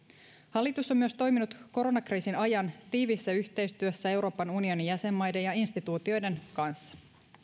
hallitus on myös toiminut koronakriisin ajan tiiviissä yhteistyössä euroopan unionin jäsenmaiden ja instituutioiden kanssa